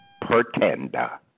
pretender